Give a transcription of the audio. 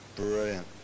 brilliant